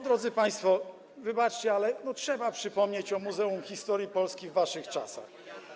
Drodzy Państwo, wybaczcie, ale trzeba przypomnieć o Muzeum Historii Polski w waszych czasach.